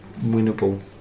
winnable